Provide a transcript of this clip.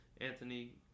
Anthony